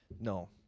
no